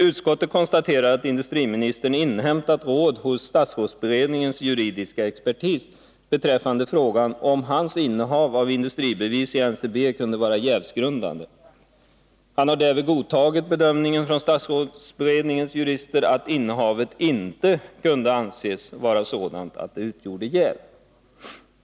Utskottet konstaterar att industriministern inhämtat råd hos statsrådsberedningens juridiska expertis beträffande frågan om hans innehav av industribevis i NCB kunde vara jävsgrundande. Han har därvid godtagit bedömningen från statsrådsberedningens jurister, att innehavet inte kunde anses vara sådant att det utgjorde jäv.